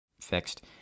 fixed